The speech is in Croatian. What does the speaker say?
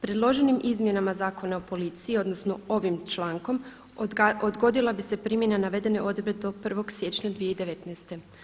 Predloženim izmjenama Zakona o policiji odnosno ovim člankom odgodila bi se primjena navedene odredbe do 1. siječnja 2019.